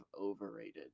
overrated